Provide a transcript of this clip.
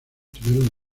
tuvieron